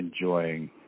enjoying